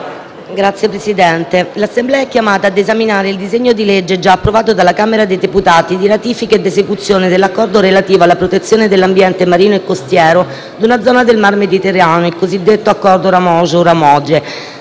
Signor Presidente, l'Assemblea è chiamata a esaminare il disegno di legge, già approvato dalla Camera dei deputati, di ratifica ed esecuzione dell'Accordo relativo alla protezione dell'ambiente marino e costiero di una zona del mare Mediterraneo (il cosiddetto Accordo RAMOGE)